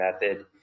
method